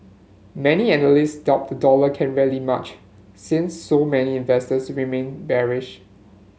many analysts doubt the dollar can rally much since so many investors remain bearish